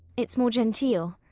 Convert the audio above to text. it's more genteel.